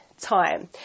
time